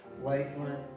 Lakeland